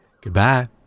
Goodbye